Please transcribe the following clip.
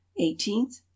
eighteenth